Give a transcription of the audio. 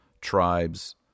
tribes